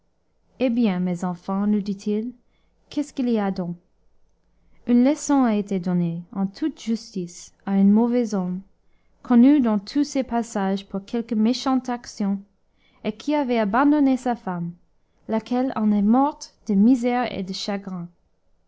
eh bien mes enfants nous dit-il qu'est-ce qu'il y a donc une leçon a été donnée en toute justice à un mauvais homme connu dans tous ses passages pour quelque méchante action et qui avait abandonné sa femme laquelle en est morte de misère et de chagrin